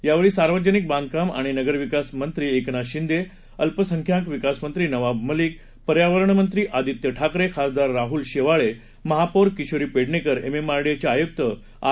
यावेळी सार्वजनिक बांधकाम आणि नगरविकास मंत्री एकनाथ शिंदे अल्पसंख्याक विकास मंत्री नवाब मलिक पर्यावरण मंत्री आदित्य ठाकरे खासदार राहूल शेवाळे महापौर किशोरी पेडणेकर एमएमआरडीएचे आयुक्त आर